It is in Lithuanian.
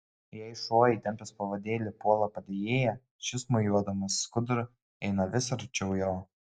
jei šuo įtempęs pavadėlį puola padėjėją šis mojuodamas skuduru eina vis arčiau jo